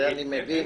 זה אני מבין,